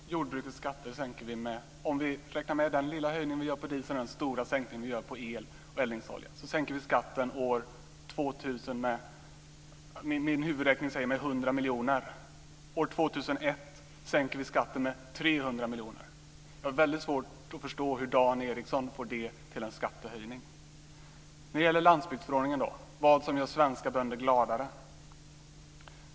Fru talman! Jag tar först det här med skatterna. Vi sänker jordbrukets skatter. Om man räknar med den lilla höjning vi gör på diesel och den stora sänkning vi gör på el och eldningsolja sänker vi skatten år 2000 med, säger mig min huvudräkning, 100 miljoner. År 2001 sänker vi skatten med 300 miljoner. Jag har väldigt svårt att förstå hur Dan Ericsson får det till en skattehöjning. Sedan gällde det landsbygdsförordningen och vad som gör svenska bönder gladare.